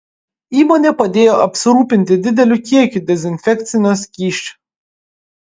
įmonė padėjo apsirūpinti dideliu kiekiu dezinfekcinio skysčio